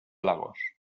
lagos